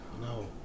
No